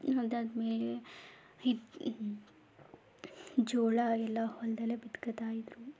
ಅದಾದ್ಮೇಲೆ ಹಿಟ್ಟು ಜೋಳ ಎಲ್ಲ ಹೊಲದಲ್ಲೇ ಬಿತ್ಕೊಳ್ತಾಯಿದ್ರು